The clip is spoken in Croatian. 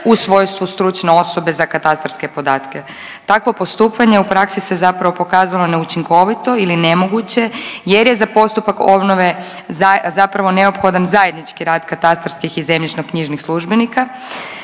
u svojstvu stručne osobe za katastarske podatke. Takvo postupanje u praksi se zapravo pokazalo neučinkovito ili nemoguće jer je za postupak obnove zapravo neophodan zajednički rad katastarskih i zemljišnoknjižnih službenika.